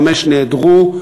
חמש נעדרו.